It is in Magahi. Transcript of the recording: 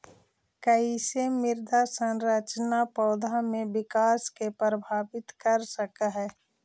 कईसे मृदा संरचना पौधा में विकास के प्रभावित कर सक हई?